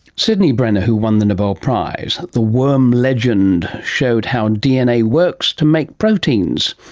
sydney brenner, who won the nobel prize. the worm legend showed how dna works to make proteins.